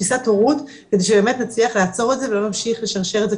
תפיסת הורות שבאמת תצליח לעצור את זה ולא להמשיך ולשרשר את זה,